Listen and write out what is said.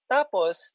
Tapos